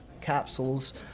capsules